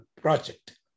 project